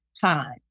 time